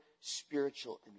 spiritual